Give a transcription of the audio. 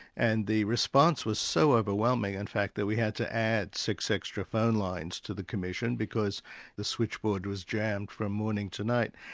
and the response was so overwhelming, in fact, that we had to add six extra phones lines to the commission because the switchboard was jammed from morning to night.